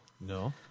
No